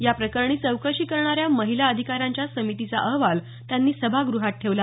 या प्रकरणी चौकशी करणाऱ्या महिला अधिकाऱ्यांच्या समितीचा अहवाल त्यांनी सभागृहात ठेवला